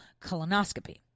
colonoscopy